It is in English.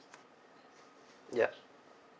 ya